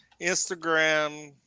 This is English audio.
Instagram